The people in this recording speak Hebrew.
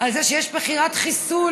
על זה שיש מכירת חיסול,